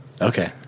Okay